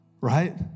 Right